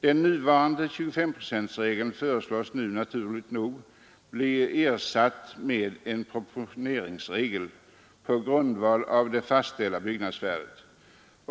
Den nuvarande 2S5-procentsregeln föreslås nu naturligt nog bli ersatt med en proportioneringsregel på grundval av det fastställda byggnadsvärdet.